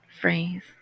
phrase